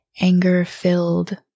anger-filled